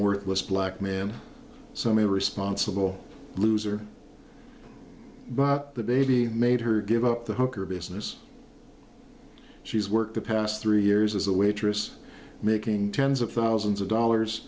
worthless black man some irresponsible loser bought the baby made her give up the hooker business she's worked the past three years as a waitress making tens of thousands of dollars